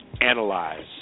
Analyze